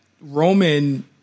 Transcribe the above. Roman